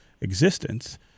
existence